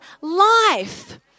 life